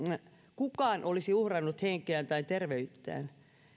kukaan olisi uhrannut henkeään tai terveyttään